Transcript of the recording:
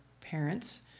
parents